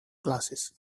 glasses